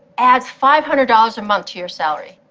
adds five hundred dollars a month to your salary.